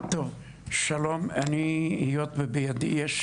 שלום, היות ובידי יש